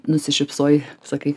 nusišypsojai sakai